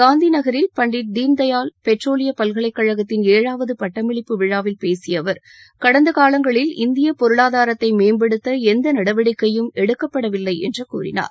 காந்தி நகரில் பண்டிட் தீன் தயாள் பெட்ரோலிய பல்கலைக்கழகத்தின் ஏழாவது பட்டமளிப்பு விழாவில் பேசிய அவர் கடந்த காலங்களில் இந்தியப் பொருளாதாரத்தை மேம்படுத்த எந்த நடவடிக்கையும் எடுக்கப்படவில்லை என்று கூறினார்